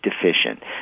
deficient